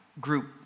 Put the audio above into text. group